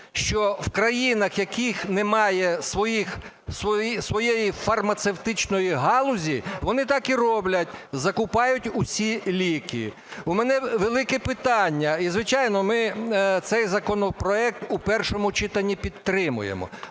що в країнах, в яких немає своєї фармацевтичної галузі, вони так і роблять, закупляють усі ліки. У мене велике питання, і, звичайно, ми цей законопроект у першому читанні підтримуємо,